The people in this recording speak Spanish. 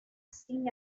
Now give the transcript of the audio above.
sin